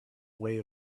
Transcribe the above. way